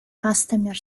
customer